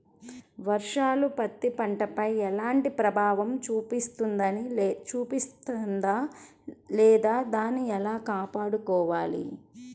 వర్షాలు పత్తి పంటపై ఎలాంటి ప్రభావం చూపిస్తుంద లేదా దానిని ఎలా కాపాడుకోవాలి?